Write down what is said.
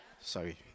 sorry